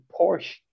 Porsche